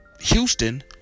Houston